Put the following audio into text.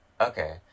okay